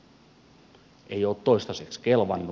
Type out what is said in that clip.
ei ole toistaiseksi kelvannut